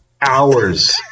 hours